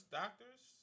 doctors